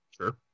Sure